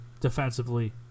defensively